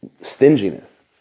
stinginess